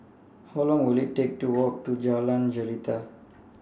How Long Will IT Take to Walk to Jalan Jelita